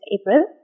April